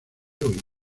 hoy